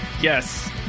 Yes